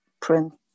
print